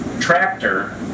tractor